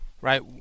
Right